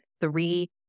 three